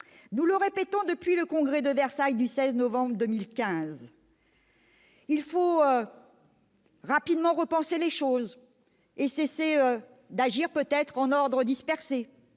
Nous le disons depuis le Congrès de Versailles du 16 novembre 2015, il faut rapidement repenser les choses et cesser d'agir en ordre dispersé.